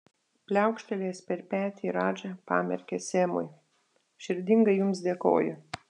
pliaukštelėjęs per petį radža pamerkė semui širdingai jums dėkoju